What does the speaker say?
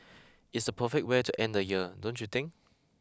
it's the perfect way to end the year don't you think